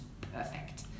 perfect